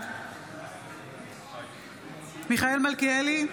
בעד מיכאל מלכיאלי,